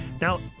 Now